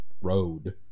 road